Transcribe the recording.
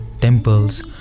temples